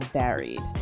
varied